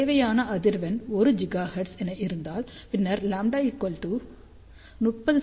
தேவையான அதிர்வெண் 1 ஜிகாஹெர்ட்ஸ் என இருந்தால் பின்னர் λ 30 செ